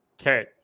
okay